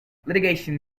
litigation